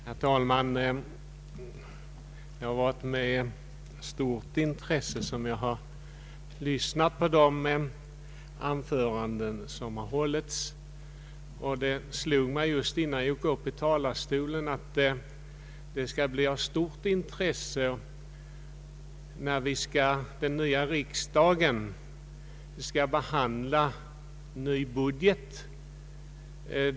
Herr talman! Jag har med stort intresse lyssnat till de anföranden som hållits. Det slog mig just innan jag gick upp i talarstolen att det skall bli intressant att se hur de olika partiernas företrädare kommer att ställa sig när man i den nya riksdagen skall behandla den nya budgeten.